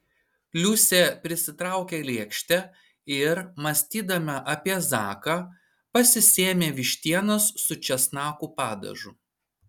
liusė prisitraukė lėkštę ir mąstydama apie zaką pasisėmė vištienos su česnakų padažu